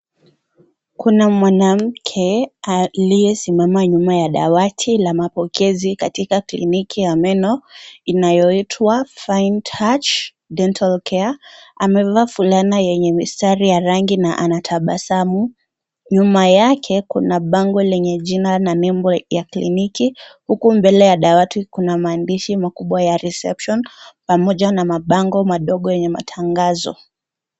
Kuna mwanamke aliyesimama nyuma ya madawati ya mapokezi katika kliniki ya meno iliyoandikwa "frying touch dental clinic' amevaa fulana yenye mstari na anatabasamu nyuma yake kuna bango lenye jina na bembo la kliniki huku mbele ya dawati kuna maandishi mkubwa ya "RECEPTION" pamoja na mabango madogo yenye matanhazo.